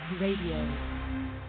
radio